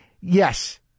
yes